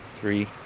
three